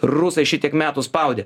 rusai šitiek metų spaudė